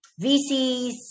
VCs